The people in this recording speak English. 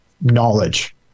knowledge